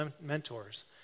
mentors